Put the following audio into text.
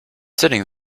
sitting